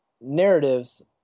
narratives